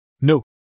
No